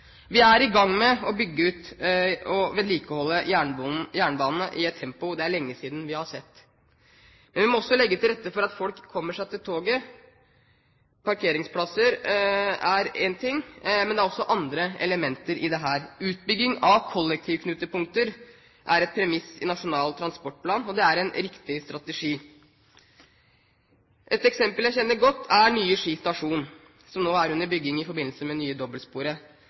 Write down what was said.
Vi er i gang med å bygge ut og vedlikeholde jernbanen i et tempo det er lenge siden vi har sett. Men vi må også legge til rette for at folk kommer seg til toget. Parkeringsplasser er én ting, men det er også andre elementer i dette. Utbygging av kollektivknutepunkter er et premiss i Nasjonal transportplan, og det er en riktig strategi. Et eksempel jeg kjenner godt, er nye Ski stasjon, som nå er under bygging i forbindelse med det nye dobbeltsporet.